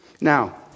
Now